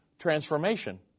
Transformation